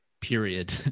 period